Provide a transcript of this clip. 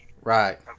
right